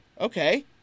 Okay